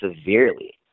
severely